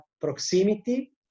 proximity